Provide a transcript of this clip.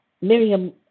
Miriam